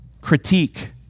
critique